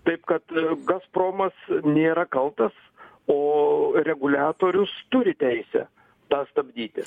taip kad gazpromas nėra kaltas o reguliatorius turi teisę tą stabdyti